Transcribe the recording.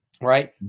right